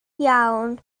iawn